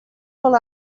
pull